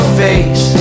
face